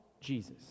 Jesus